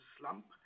slump